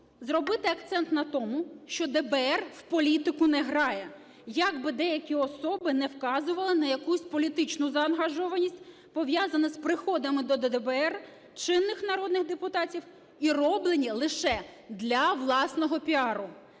зробити акцент на тому, що ДБР в політику не грає, як би деякі особи не вказували на якусь політичну заангажованість, пов'язану з приходами до ДБР чинних народних депутатів, і робиться це лише для власного піару.